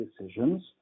decisions